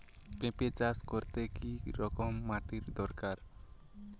পেঁপে চাষ করতে কি রকম মাটির দরকার?